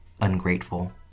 ungrateful